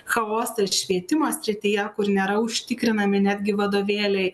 chaosą švietimo srityje kur nėra užtikrinami netgi vadovėliai